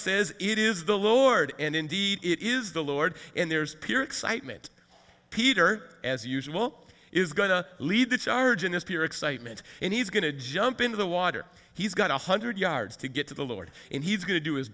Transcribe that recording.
says it is the lord and indeed it is the lord and there's pure excitement peter as usual is going to lead the charge in this pure excitement and he's going to jump into the water he's got a hundred yards to get to the lord and he's going to do his